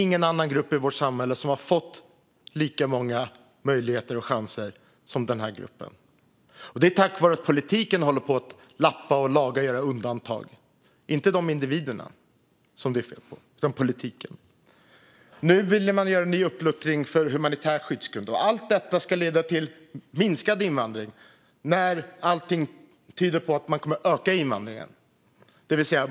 Ingen annan grupp i vårt samhälle har fått lika många möjligheter och chanser som den gruppen. Det är tack vare att politiken håller på och lappar och lagar med era undantag, Morgan Johansson. Det är inte de individerna det är fel på utan politiken. Nu ville man göra en ny uppluckring på humanitär skyddsgrund och menade att det skulle leda till minskad invandring, när allting tyder på att invandringen kommer att öka.